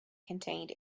contained